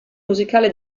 musicale